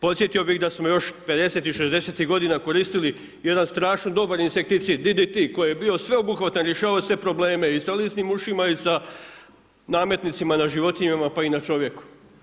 Podsjetio bi da smo još 50-ih i 60-ih godina koristili jedan strašan dobar insekticid DDTI koji je bio sveobuhvatan, rješavao je sve probleme i sa lisnim ušima i sa nametnicima na životinjama pa i na čovjeku.